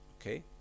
Okay